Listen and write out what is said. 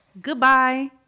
Goodbye